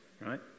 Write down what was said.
right